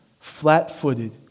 flat-footed